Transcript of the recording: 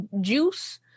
juice